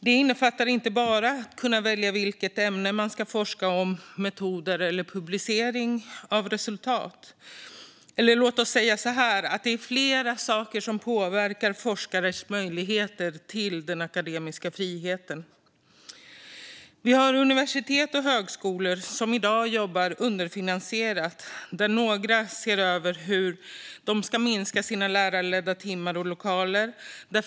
Det innefattar inte bara att kunna välja vilket ämne man ska forska om, vilka metoder man ska använda och hur man ska publicera resultaten. Det är flera saker som påverkar forskares möjligheter till akademisk frihet. Vi har universitet och högskolor som i dag jobbar underfinansierat. Några ser över hur de ska minska sina lärarledda timmar och lokaler.